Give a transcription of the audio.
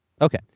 Okay